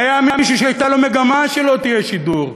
והיה מישהו שהייתה לו מגמה שלא יהיה שידור,